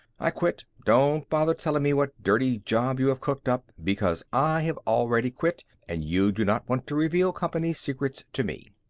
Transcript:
i quit. don't bother telling me what dirty job you have cooked up, because i have already quit and you do not want to reveal company secrets to me.